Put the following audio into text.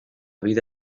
vida